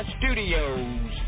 studios